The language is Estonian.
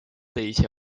teisi